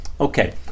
Okay